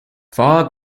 far